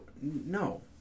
no